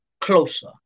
closer